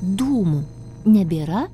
dūmų nebėra